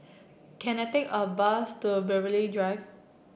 can I take a bus to Belgravia Drive